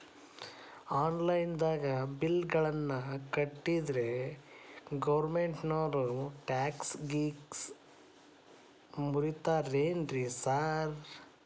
Online ದಾಗ bill ಗಳನ್ನಾ ಕಟ್ಟದ್ರೆ ಗೋರ್ಮೆಂಟಿನೋರ್ ಟ್ಯಾಕ್ಸ್ ಗೇಸ್ ಮುರೇತಾರೆನ್ರಿ ಸಾರ್?